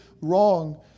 wrong